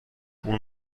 اون